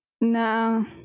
no